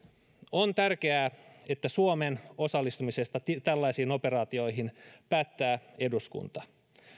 on tärkeää että suomen osallistumisesta tällaisiin operaatioihin päättää eduskunta